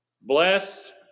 Blessed